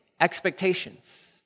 Expectations